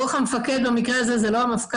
רוח המפקד במקרה הזה זה לא המפכ"ל,